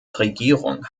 regierung